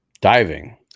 Diving